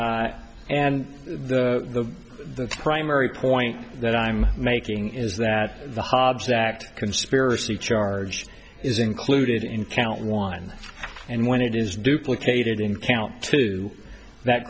and the primary point that i'm making is that the hobbs act conspiracy charge is included in count one and when it is duplicated in count two that